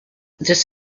this